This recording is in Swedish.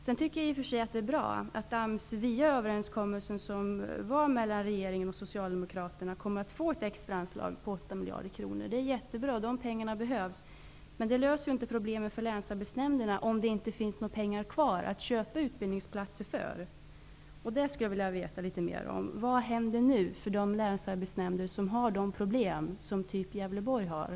Jag tycker i och för sig att det är bra att AMS via överenskommelsen mellan regeringen och Socialdemokraterna kommer att få ett extra anslag på 8 miljarder kronor. Det är jättebra, eftersom de pengarna behövs. Men det löser inte problemen för länsarbetsnämnderna, om det inte finns pengar kvar att köpa utbildningsplatser för. Detta vill jag veta litet mer om. Vad händer nu med de länsarbetsnämnder som har samma problem som man har i Gävleborgs län?